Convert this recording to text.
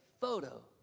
photo